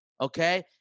okay